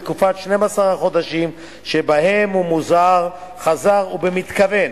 ובתקופת 12 החודשים שבהם הוא מוזהר חזר ובמתכוון